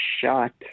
shot